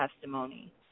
testimony